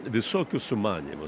visokių sumanymų